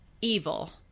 evil